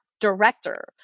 director